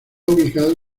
ubicado